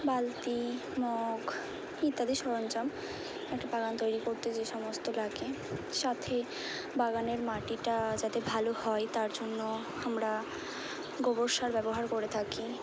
বালতি মগ ইত্যাদি সরঞ্জাম একটা বাগান তৈরি করতে যে সমস্ত লাগে সাথে বাগানের মাটিটা যাতে ভালো হয় তার জন্য আমরা গোবর সার ব্যবহার করে থাকি